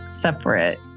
separate